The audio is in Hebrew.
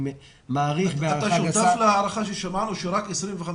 אתה שותף להערכה אותה שמענו כאן שרק 25